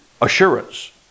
assurance